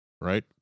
Right